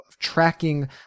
tracking